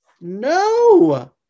No